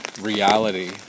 reality